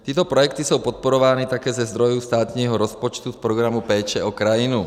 Tyto projekty jsou podporovány také ze zdrojů státního rozpočtu v Programu péče o krajinu.